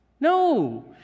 No